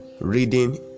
reading